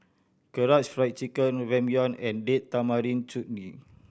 Karaage Fried Chicken Ramyeon and Date Tamarind Chutney